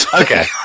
Okay